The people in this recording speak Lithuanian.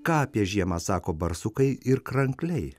ką apie žiemą sako barsukai ir krankliai